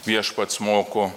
viešpats moko